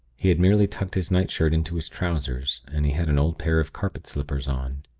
he had merely tucked his nightshirt into his trousers, and he had an old pair of carpet slippers on.